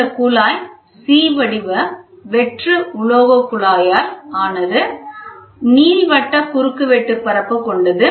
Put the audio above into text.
இந்த குழாய் C வடிவ வெற்று உலோகக் குழாயால் ஆனது நீள்வட்ட குறுக்குவெட்டுபரப்பு கொண்டது